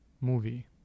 movie